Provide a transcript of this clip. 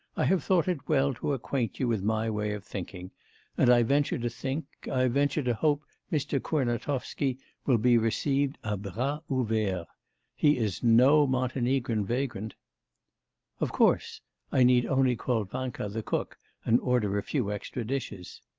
i have thought it well to acquaint you with my way of thinking and i venture to think i venture to hope mr. kurnatovsky will be received a bras but ouverts. he is no montenegrin vagrant of course i need only call vanka the cook and order a few extra dishes